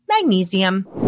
magnesium